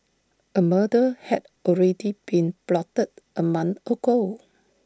A murder had already been plotted A month ago